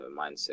mindset